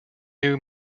new